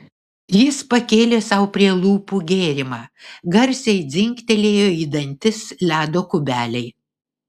jis pakėlė sau prie lūpų gėrimą garsiai dzingtelėjo į dantis ledo kubeliai